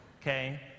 Okay